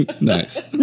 Nice